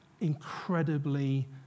incredibly